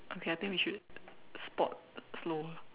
okay I think we should spot slower